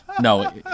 No